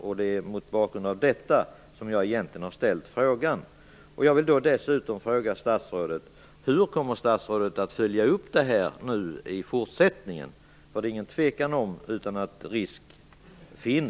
Det är mot bakgrund av detta som jag har ställt interpellationen.